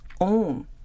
own